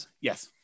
yes